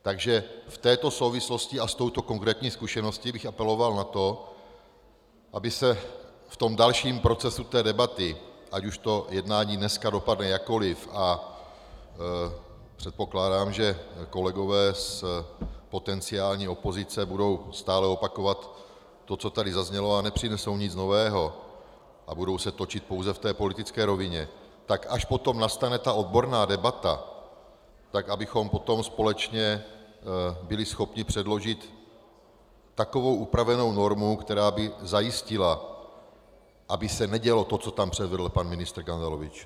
Takže v této souvislosti s touto konkrétní zkušeností bych apeloval na to, aby se v dalším procesu té debaty, ať už to jednání dneska dopadne jakkoliv, a předpokládám, že kolegové z potenciální opozice budou stále opakovat to, co tady zaznělo, a nepřinesou nic nového a budou se točit pouze v té politické rovině, tak až potom nastane odborná debata, tak abychom potom společně byli schopni předložit takovou upravenou normu, která by zajistila, aby se nedělo to, co tam předvedl pan ministr Gandalovič.